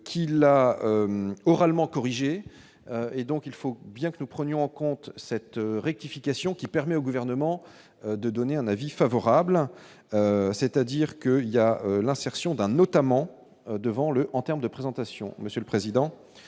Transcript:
qui la oralement corriger et donc il faut bien que nous prenions en compte cette rectification qui permet au gouvernement de donner un avis favorable, c'est-à-dire que, il y a l'insertion d'un notamment devant le en termes de présentation,